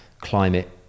climate